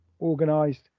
organised